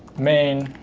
main,